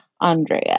Andrea